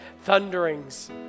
thunderings